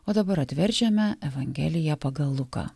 o dabar atverčiame evangeliją pagal luką